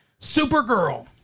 Supergirl